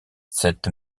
cette